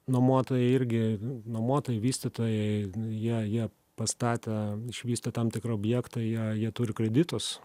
nuomotojai irgi nuomotojai vystytojai jie jie pastatę išvystę tam tikrą objektą jei jie turi kreditus